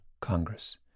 Congress